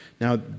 Now